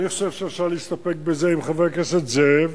אני חושב שאפשר להסתפק בזה, אם חבר הכנסת זאב,